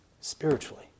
spiritually